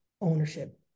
ownership